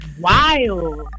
wild